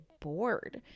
bored